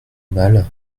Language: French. mal